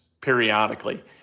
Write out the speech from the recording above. periodically